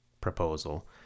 Proposal